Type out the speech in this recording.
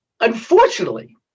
Unfortunately